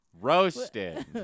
Roasted